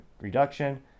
reduction